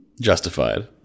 justified